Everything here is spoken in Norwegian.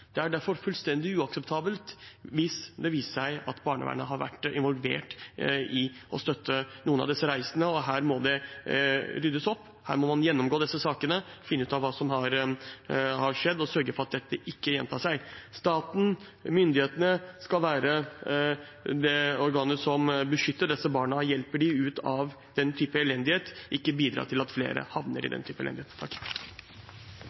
Det er derfor fullstendig uakseptabelt hvis det viser seg at barnevernet har vært involvert i og støttet noen av disse reisene. Her må det ryddes opp. Man må gjennomgå disse sakene og finne ut hva som har skjedd, og sørge for at dette ikke gjentar seg. Staten, myndighetene, skal være de som beskytter disse barna og hjelper dem ut av den type elendighet, og de skal ikke bidra til at flere havner i